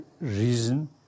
reason